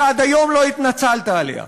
שעד היום לא התנצלת עליה.